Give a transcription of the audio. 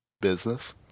Business